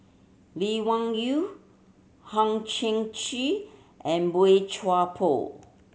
Lee Wung Yew Hang Chang Chieh and Boey Chuan Poh